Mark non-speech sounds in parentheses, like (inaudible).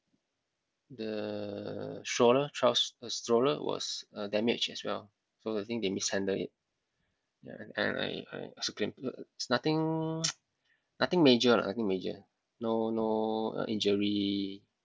the stroller child's stroller was uh damaged as well so I think they mishandled it yeah and I I ask to claim it's nothing (noise) nothing major lah nothing major no no uh injury